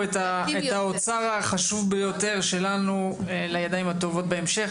את האוצר החשוב ביותר שלנו לידיים הטובות בהמשך.